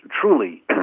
truly